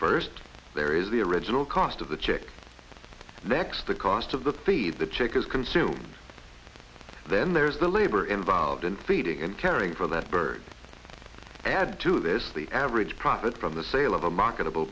first there is the original cost of the check next the cost of the feed the chickens consumed then there's the labor involved in feeding and caring for that bird add to this the average profit from the sale of a marketable